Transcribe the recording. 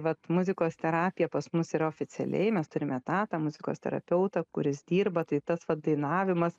vat muzikos terapija pas mus yra oficialiai mes turime etatą muzikos terapeutą kuris dirba tai tas dainavimas